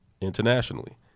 internationally